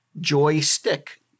Joystick